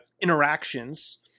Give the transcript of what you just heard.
interactions